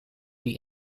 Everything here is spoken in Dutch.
die